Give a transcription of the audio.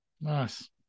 Nice